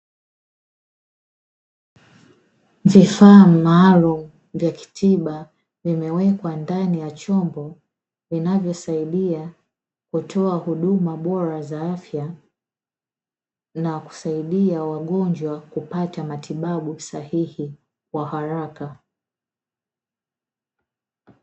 Vifaa maalumu vya kitiba vimewekwa ndani ya chombo, vinavyosaidia kutoa huduma bora za afya na kusaida wagonjwa kupata matibabu sahihi kwa haraka.